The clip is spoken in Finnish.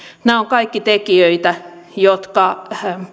nämä ovat kaikki tekijöitä jotka